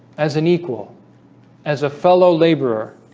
as an equal as a fellow laborer